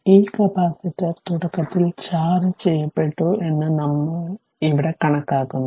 ഈ കപ്പാസിറ്റർ തുടക്കത്തിൽ ചാർജ്ജ് ചെയ്യപ്പെട്ടു എന്ന് ഇവിടെ നമ്മൾ കണക്കാക്കുന്നു